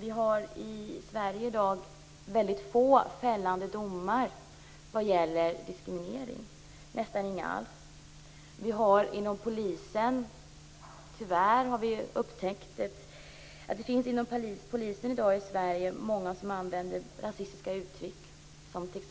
Vi har i Sverige i dag väldigt få fällande domar vad gäller diskriminering. Det finns nästan inga alls. Tyvärr har vi upptäckt att det inom polisen i dag i Sverige finns många som använder rasistiska uttryck som t.ex.